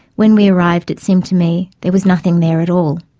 when we arrived it seemed to me there was nothing there at all.